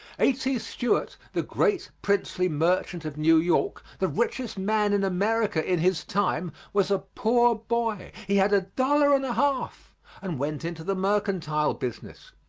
a t. stewart, the great princely merchant of new york, the richest man in america in his time, was a poor boy he had a dollar and a half and went into the mercantile business.